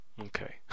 Okay